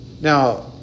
Now